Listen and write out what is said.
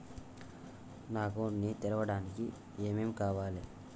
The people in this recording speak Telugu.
నా అకౌంట్ ని తెరవడానికి ఏం ఏం కావాలే?